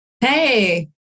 Hey